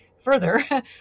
further